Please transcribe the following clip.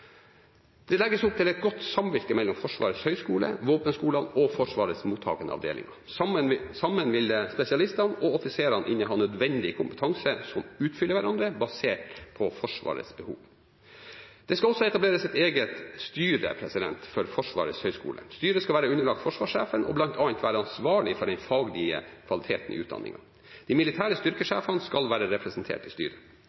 Det legges opp til et godt samvirke mellom Forsvarets høgskole, våpenskolene og Forsvarets mottakende avdelinger. Sammen vil spesialistene og offiserene inneha nødvendig kompetanse som utfyller hverandre, basert på Forsvarets behov. Det skal også etableres et eget styre for Forsvarets høgskole. Styret skal være underlagt forsvarssjefen og bl.a. være ansvarlig for den faglige kvaliteten i utdanningen. De militære